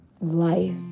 life